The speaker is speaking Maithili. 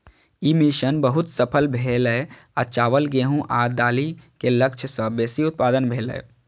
ई मिशन बहुत सफल भेलै आ चावल, गेहूं आ दालि के लक्ष्य सं बेसी उत्पादन भेलै